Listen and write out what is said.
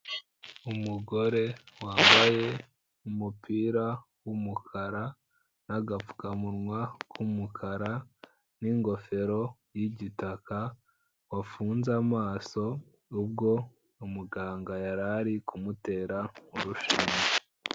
Umugore wambaye umupira w'umukara n'agapfukamunwa k'umukara n'ingofero y'igitaka, wafunze amaso ubwo umuganga yari ari kumutera urushinge.